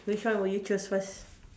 which one will you choose first